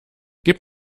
gib